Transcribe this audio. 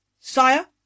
sire